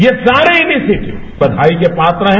ये सारे इनिशिएटिक्स बधाई के पात्र है